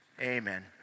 amen